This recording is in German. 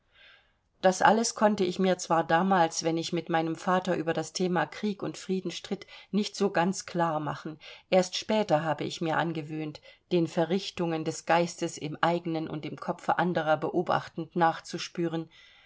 das alles konnte ich mir zwar damals wenn ich mit meinem vater über das thema krieg und frieden stritt nicht so ganz klar machen erst später habe ich mir angewöhnt den verrichtungen des geistes im eigenen und im kopfe anderer beobachtend nachzuspüren